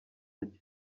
ajya